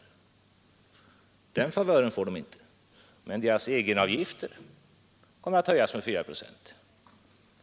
Nej, den favören får jordbrukarna inte, men deras egenavgifter kommer att höjas med 4 procent.